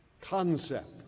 concept